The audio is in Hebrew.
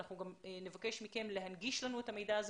אנחנו גם נבקש מכם להנגיש לנו את המידע הזה